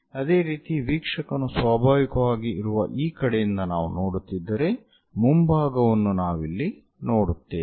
ಅದೇ ರೀತಿ ವೀಕ್ಷಕನು ಸ್ವಾಭಾವಿಕವಾಗಿ ಇರುವ ಈ ಕಡೆಯಿಂದ ನಾವು ನೋಡುತ್ತಿದ್ದರೆ ಮುಂಭಾಗವನ್ನು ನಾವು ಇಲ್ಲಿ ನೋಡುತ್ತೇವೆ